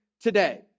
today